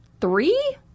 three